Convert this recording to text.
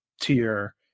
tier